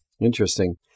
Interesting